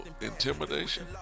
intimidation